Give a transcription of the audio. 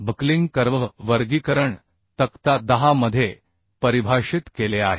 buckling curve वर्गीकरण तक्ता 10 मध्ये परिभाषित केले आहे